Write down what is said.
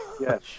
Yes